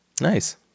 Nice